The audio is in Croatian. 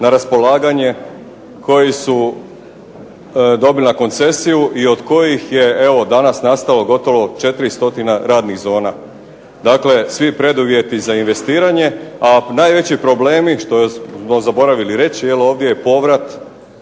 na raspolaganje, koji su dobili na koncesiju i od kojih je evo danas nastalo gotovo 400 radnih zona. Dakle, svi preduvjeti za investiranje. A najveći problemi što smo zaboravili reći jel ovdje je povrat